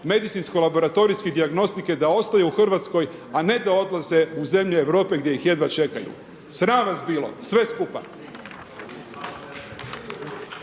medicinsko-laboratorijske dijagnostike da ostaju u RH, a ne da odlaze u zemlje Europe gdje ih jedva čekaju. Sram vas bilo, sve skupa.